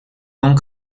own